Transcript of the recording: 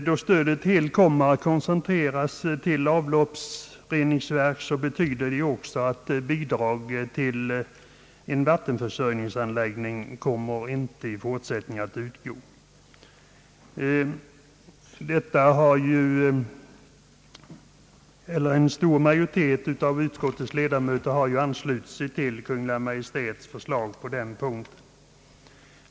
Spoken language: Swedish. Då stödet helt kommer att koncentreras till avloppsreningsverk, betyder det också att bidrag till vattenförsörjningsanläggningar i fortsättningen inte kommer att utgå. En stor majoritet av utskottets ledamöter har anslutit sig till Kungl. Maj:ts förslag på denna punkt.